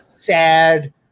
Sad